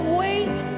wait